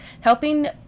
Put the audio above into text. helping